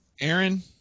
Aaron